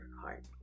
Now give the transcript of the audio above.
heart